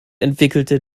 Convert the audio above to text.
entwickelte